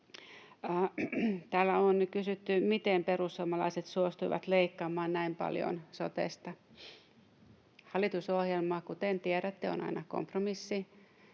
Täällä on kysytty, miten perussuomalaiset suostuivat leikkaamaan näin paljon sotesta. Hallitusohjelma, kuten tiedätte, on aina kompromissi.